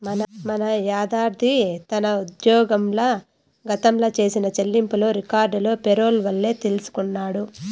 మన యాద్గిరి తన ఉజ్జోగంల గతంల చేసిన చెల్లింపులు రికార్డులు పేరోల్ వల్లే తెల్సికొన్నాడు